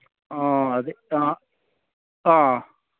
ꯑꯥ